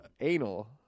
Anal